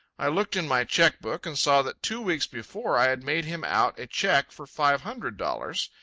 i looked in my cheque-book and saw that two weeks before i had made him out a cheque for five hundred dollars.